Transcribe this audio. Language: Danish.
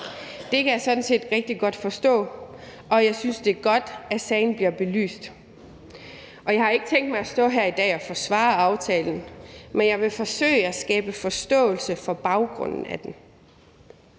Det kan jeg sådan set rigtig godt forstå, og jeg synes, det er godt, at sagen bliver belyst. Og jeg har ikke tænkt mig at stå her i dag og forsvare aftalen, men jeg vil forsøge at skabe forståelse for baggrunden for den.